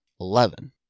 Eleven